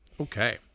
Okay